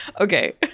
Okay